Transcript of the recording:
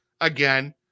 Again